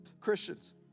Christians